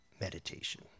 meditation